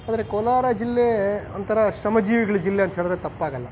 ಆದರೆ ಕೋಲಾರ ಜಿಲ್ಲೆ ಒಂಥರ ಶ್ರಮಜೀವಿಗ್ಳ ಜಿಲ್ಲೆ ಅಂತ ಹೇಳಿದ್ರೆ ತಪ್ಪಾಗೋಲ್ಲ